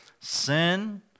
sin